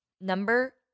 Number